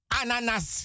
ananas